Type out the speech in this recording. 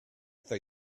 they